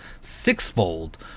sixfold